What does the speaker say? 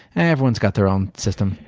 and everyone's got their own system.